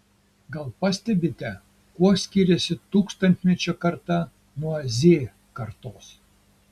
gal pastebite kuo skiriasi tūkstantmečio karta nuo z kartos